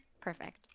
Perfect